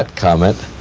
comment.